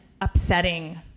upsetting